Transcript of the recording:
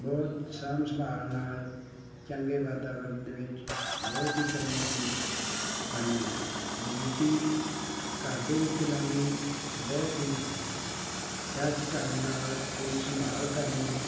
ਬਹੁਤ ਸਾਂਭ ਸੰਭਾਲ ਨਾਲ ਚੰਗੇ ਵਾਤਾਵਰਣ ਦੇ ਵਿੱਚ ਬਹੁਤ ਹੀ ਚੰਗੀ ਚੀਜ਼ ਬਣ ਜਾਂਦੀ ਹੈ ਬਗੀਚੀ ਘਰ ਦੇ ਵਿੱਚ ਲਾਉਣੀ ਬਹੁਤ ਹੀ ਸੁਚੱਜ ਢੰਗ ਨਾਲ ਉਹਦੀ ਸੰਭਾਲ ਕਰਨੀ